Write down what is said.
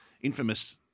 infamous